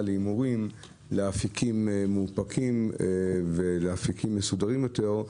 להימורים לאפיקים מאופקים ומסודרים יותר,